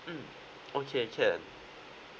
mm okay can